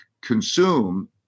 consume